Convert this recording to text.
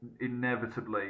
Inevitably